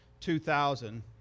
2000